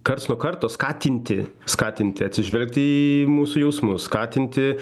karts nuo karto skatinti skatinti atsižvelgti į mūsų jausmus skatinti